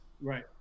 Right